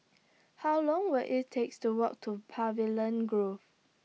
How Long Will IT takes to Walk to Pavilion Grove